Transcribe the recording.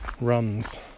runs